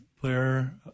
player